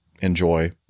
enjoy